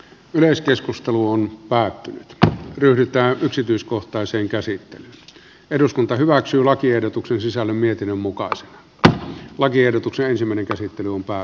myös keskustelu on päättynyt ja yrittää yksityiskohtaisen käsittelyn eduskunta hyväksyi lakiehdotuksen sisällä mietinnön mukaan lakiehdotukseen se meni sitten unto